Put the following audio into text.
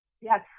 yes